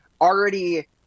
already